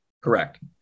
Correct